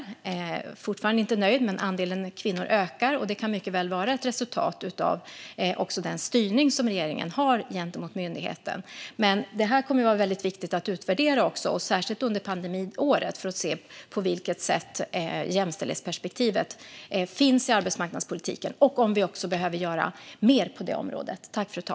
Jag är fortfarande inte nöjd, men den ökande andelen kvinnor kan mycket väl vara ett resultat av den styrning som regeringen har gentemot myndigheten. Det här kommer att vara viktigt att utvärdera, särskilt under pandemiåret, för att se på vilket sätt jämställdhetsperspektivet finns i arbetsmarknadspolitiken och om vi behöver göra mer på området.